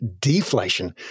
deflation